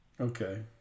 okay